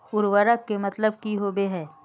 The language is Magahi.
उर्वरक के मतलब की होबे है?